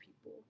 people